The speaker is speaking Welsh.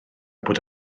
bod